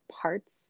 parts